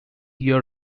year